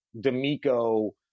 D'Amico